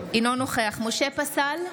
אינו נוכח משה פסל,